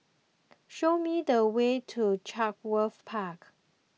show me the way to Chatsworth Park